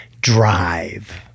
Drive